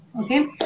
Okay